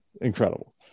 Incredible